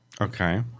Okay